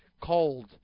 cold